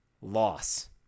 loss